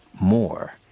more